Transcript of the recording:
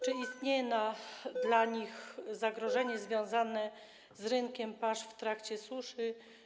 Czy istnieje dla nich zagrożenie związane z rynkiem pasz w trakcie suszy?